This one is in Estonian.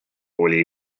oli